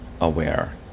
aware